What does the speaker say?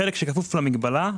החלק שכפוף למגבלה,